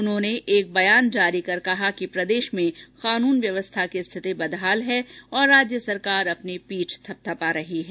उन्होंने एक बयान जारी कर कहा कि प्रदेश में कानून व्यवस्था की स्थिति बदहाल है और राज्य सरकार अपनी पीठ थपथपा रही है